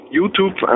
YouTube